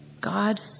God